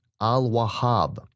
al-Wahhab